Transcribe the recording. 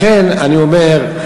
לכן אני אומר: